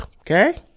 Okay